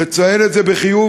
לציין את זה בחיוב,